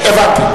הבנתי.